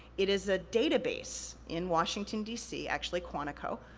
it is a database in washington, d c, actually, quantico,